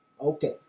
Okay